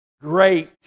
great